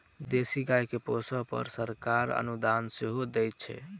देशी गाय के पोसअ पर सरकार अनुदान सेहो दैत छै